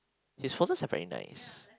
his photos are very nice